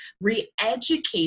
re-educate